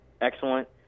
excellent